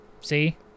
See